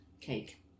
cake